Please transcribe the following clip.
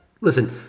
Listen